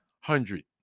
hundred